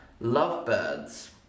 lovebirds